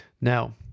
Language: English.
Now